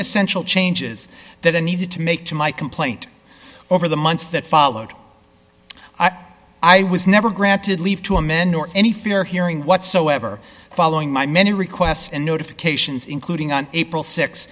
essential changes that i needed to make to my complaint over the months that followed i i was never granted leave to amend nor any fair hearing whatsoever following my many requests and notifications including on april